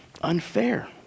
unfair